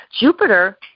Jupiter